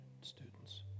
students